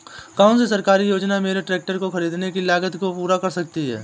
कौन सी सरकारी योजना मेरे ट्रैक्टर को ख़रीदने की लागत को पूरा कर सकती है?